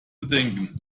bedenken